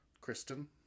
Kristen